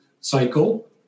cycle